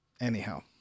anyhow